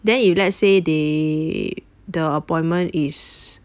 then if let's say they the appointment is